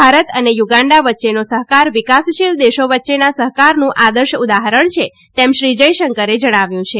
ભારત અને યુંગાડા વચ્ચેનો સહકાર વિકાસશીલ દેશો વચ્ચેના સહકારનું આદર્શ ઉદાહરણ છે તેમ શ્રી જયશંકરે જણાવ્યું છે